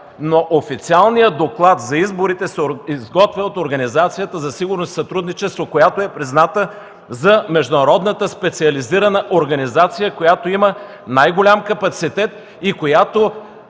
Но официалният доклад за изборите се изготвя от Организацията за сигурност и сътрудничество, призната за международната специализирана организация, която има най-голям капацитет, и